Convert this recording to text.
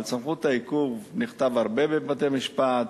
על סמכות העיכוב נכתב הרבה בבתי-משפט.